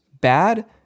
bad